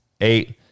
eight